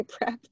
prep